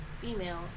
female